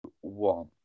One